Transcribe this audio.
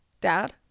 Dad